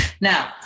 Now